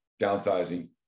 downsizing